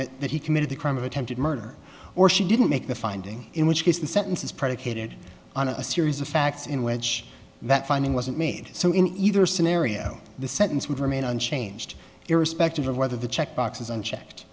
that that he committed the crime of attempted murder or she didn't make the finding in which case the sentence is predicated on a series of facts in which that finding wasn't made so in either scenario the sentence would remain unchanged irrespective of whether the checkbox is unchecked